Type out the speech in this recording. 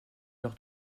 leur